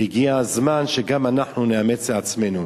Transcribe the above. והגיע הזמן שגם אנחנו נאמץ לעצמנו.